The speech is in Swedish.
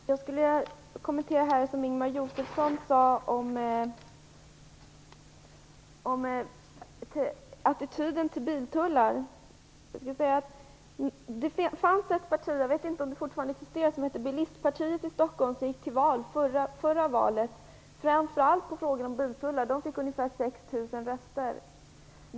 Herr talman! Jag skulle vilja kommentera det som Ingemar Josefsson sade om attityden till biltullar. Det fanns ett parti som hette Bilistpartiet i Stockholm, som i förra valet gick till val framför allt på frågan om biltullar. Jag vet inte om det fortfarande existerar. Det partiet fick ungefär 6 000 röster.